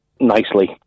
nicely